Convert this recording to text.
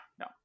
no